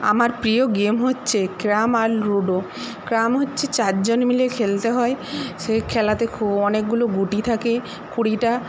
আমার প্রিয় গেম হচ্ছে ক্যারম আর লুডো ক্যারম হচ্ছে চারজন মিলে খেলতে হয় সে খেলাতে অনেকগুলো গুটি থাকে কুড়িটা